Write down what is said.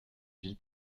ville